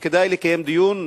שכדאי לקיים דיון,